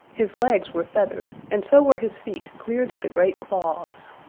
his legs were feathered, and so were his feet clear to the great claws.